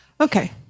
Okay